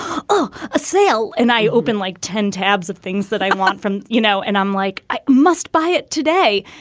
oh, a sale. and i open like ten tabs of things that i want from, you know, and i'm like, i must buy it today.